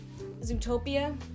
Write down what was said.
Zootopia